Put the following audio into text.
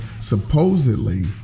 supposedly